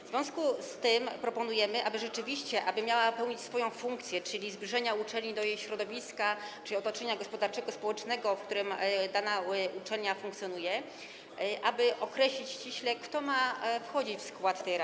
W związku z tym proponujemy, aby mogła ona pełnić swoją funkcję, czyli zbliżenia uczelni do jej środowiska czy otoczenia gospodarczego, społecznego, w którym dana uczelnia funkcjonuje, aby określić ściśle, kto ma wchodzić w skład tej rady.